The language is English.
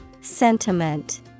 Sentiment